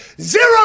zero